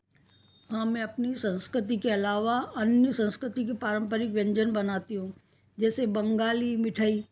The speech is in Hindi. हाँ मैं अपनी संस्कृति के अलावा अन्य संस्कृति के पारंपरिक व्यंजन बनाती हूँ जैसे बंगाली मिठाई